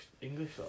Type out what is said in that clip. English